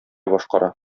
башкара